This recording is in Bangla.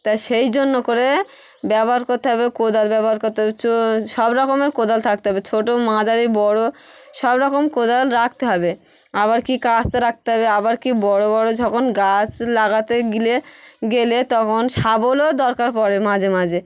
তা সেই জন্য করে ব্যবহার করতে হবে কোদাল ব্যবহার করতে হবে চো সব রকমের কোদাল থাকতে হবে ছোটো মাঝারি বড় সব রকম কোদাল রাখতে হবে আবার কী কাস্তে রাখতে হবে আবার কী বড় বড় যখন গাছ লাগাতে গেলে গেলে তখন শাবলও দরকার পড়ে মাঝে মাঝে